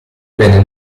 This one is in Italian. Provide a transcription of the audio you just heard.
venne